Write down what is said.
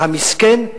המסכן,